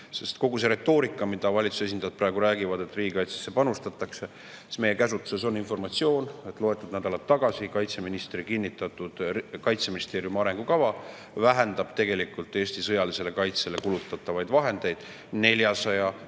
kogu sellele retoorikale, mida valitsuse esindajad praegu räägivad, et riigikaitsesse panustatakse, on meie käsutuses informatsioon, et loetud nädalad tagasi kaitseministri kinnitatud Kaitseministeeriumi arengukava kohaselt vähendatakse tegelikult Eesti sõjalisele kaitsele kulutatavaid vahendeid 400